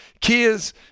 Kias